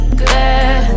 good